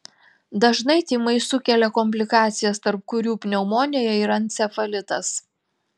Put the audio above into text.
dažnai tymai sukelia komplikacijas tarp kurių pneumonija ir encefalitas